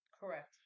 Correct